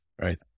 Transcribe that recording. right